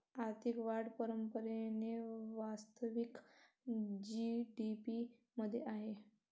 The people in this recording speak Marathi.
आर्थिक वाढ परंपरेने वास्तविक जी.डी.पी मध्ये आहे